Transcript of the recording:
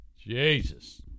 Jesus